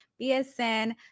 BSN